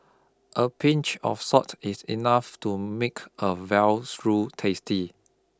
a pinch of salt is enough to make a veal stew tasty